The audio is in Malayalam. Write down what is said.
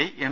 I M